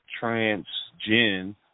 transgen